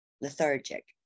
lethargic